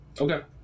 Okay